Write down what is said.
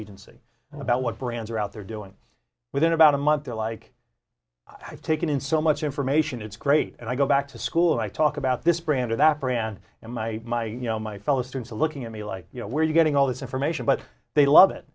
agency about what brands are out there doing within about a month they're like i've taken in so much information it's great and i go back to school and i talk about this brand or that fran and my my you know my fellow students are looking at me like you know where you're getting all this information but they love it